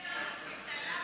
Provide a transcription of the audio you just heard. הלחץ הפוליטי,